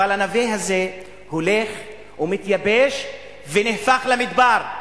אבל הנווה הזה הולך ומתייבש ונהפך למדבר.